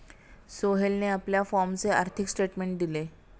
सोहेलने आपल्या फॉर्मचे आर्थिक स्टेटमेंट दिले